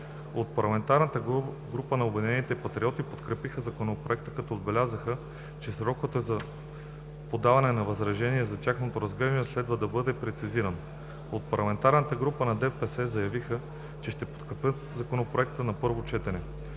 От парламентарната група на Обединени патриоти подкрепиха Законопроекта, като отбелязаха, че сроковете за подаване на възражения и за тяхното разглеждане следва да бъдат прецизирани. От парламентарната група на ДПС заявиха, че ще подкрепят Законопроекта на първо четене.